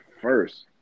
first